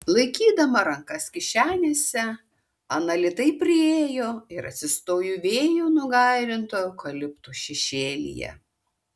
laikydama rankas kišenėse ana lėtai priėjo ir atsistojo vėjų nugairinto eukalipto šešėlyje